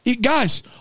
Guys